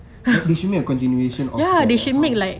like they should make a continuation of that like how